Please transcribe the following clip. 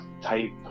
type